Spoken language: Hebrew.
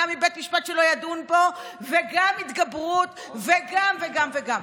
מבית משפט שלא ידון בו וגם התגברות וגם וגם וגם?